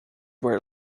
were